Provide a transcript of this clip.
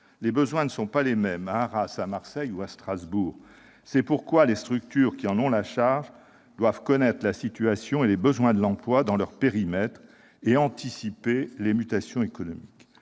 Les besoins ne sont pas les mêmes à Arras, à Marseille ou à Strasbourg. C'est pourquoi les structures qui en ont la charge doivent connaître la situation et les besoins de l'emploi dans leur périmètre et anticiper les mutations économiques.